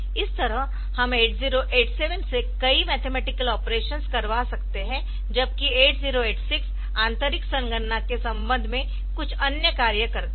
इस तरह हम 8087 से कई मैथमेटिकल ऑपरेशन्स करवा सकते है जबकि 8086 आंतरिक संगणना के संदर्भ में कुछ अन्य कार्य करता है